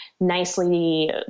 nicely